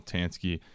Tansky